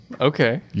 Okay